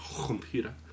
computer